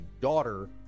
daughter